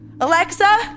Alexa